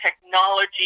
technology